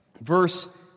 Verse